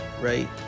right